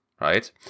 right